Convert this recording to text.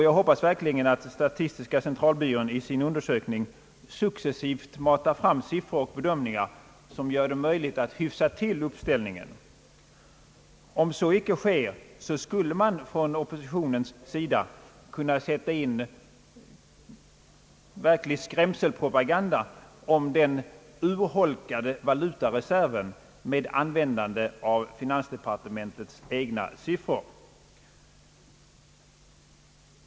Jag hoppas verkligen att statistiska centralbyrån i sin undersökning successivt matar fram siffror och bedömningar, som gör det möjligt att hyfsa till uppställningen. Om så icke sker skulle man från oppositionens sida kunna sätta in verklig skrämselpropaganda om den urholkade valutareserven, med användande av finansdepartementets egna siffror.